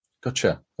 Gotcha